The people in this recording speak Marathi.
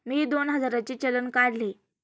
मी दोन हजारांचे चलान काढले